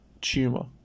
tumor